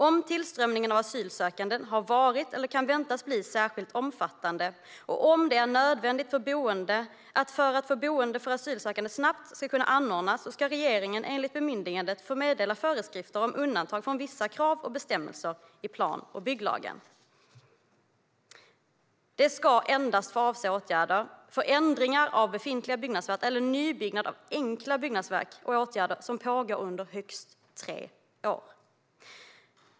Om tillströmningen av asylsökande har varit eller kan väntas bli särskilt omfattande och om det är nödvändigt för att boende för asylsökande snabbt ska kunna anordnas ska regeringen enligt bemyndigandet få meddela föreskrifter om undantag från vissa krav och bestämmelser i plan och bygglagen. Det ska endast få avse åtgärder för ändringar av befintliga byggnadsverk eller nybyggnad av enkla byggnadsverk och åtgärder som pågår under högst tre år.